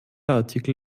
artikel